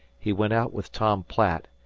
he went out with tom platt,